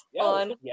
on